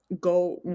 go